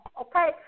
okay